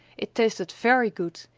it tasted very good,